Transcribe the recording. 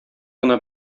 гына